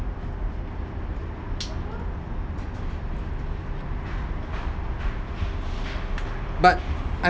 but I